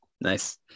Nice